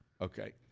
Okay